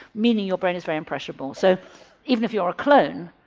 meaning your brain is very impressionable. so even if you're a clone,